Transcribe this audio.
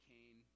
Cain